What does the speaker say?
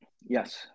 Yes